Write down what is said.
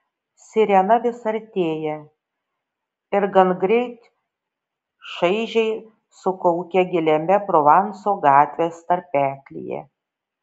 sirena vis artėja ir gangreit šaižiai sukaukia giliame provanso gatvės tarpeklyje